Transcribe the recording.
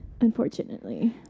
unfortunately